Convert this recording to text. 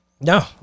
No